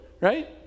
right